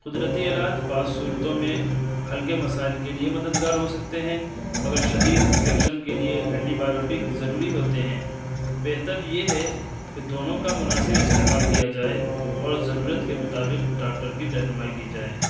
قدرتی علاج بعض صورتوں میں ہلکے مسائل کے لیے مددگار ہو سکتے ہیں مگر شدید انفکشن کے لیے اینٹی بایوٹک ضروری ہوتے ہیں بہتر یہ ہے کہ دونوں کا مناسب استعمال کیا جائے اور ضرورت کے مطابق ڈاکٹر کی رہنمائی لی جائے